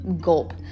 gulp